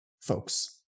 folks